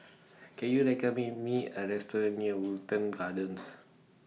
Can YOU recommend Me A Restaurant near Wilton Gardens